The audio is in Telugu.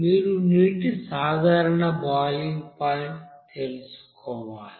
మీరు నీటి సాధారణ బాయిలింగ్ పాయింట్ తెలుసుకోవాలి